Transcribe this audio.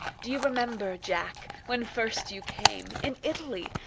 do you remember, jack, when first you came, in italy,